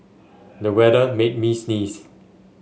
the weather made me sneeze